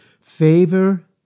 Favor